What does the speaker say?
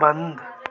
बंद